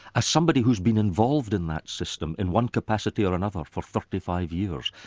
as somebody who's been involved in that system in one capacity or another for thirty five years,